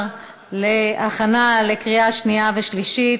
(זיכוי ממס ליחיד על הכנסה חייבת מיגיעה אישית),